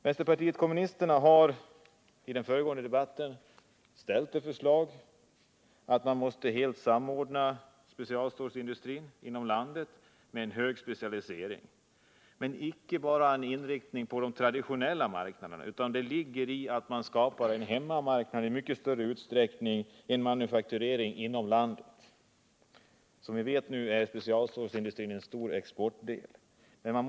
Vänsterpartiet kommunisterna framförde redan i den föregående debatten förslag om att samordna specialstålsindustrin inom landet och att inrikta verksamheten på en hög specialisering. Men det bör icke handla om en inriktning bara på de traditionella marknaderna, utan i förslaget ligger att man i mycket större utsträckning försöker skapa en hemmamarknad, en manufakturering inom landet. Som vi vet har man inom specialstålsindustrin en mycket stor exporttillverkning.